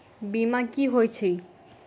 बीमा की होइत छी?